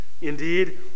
indeed